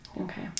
Okay